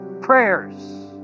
prayers